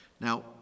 Now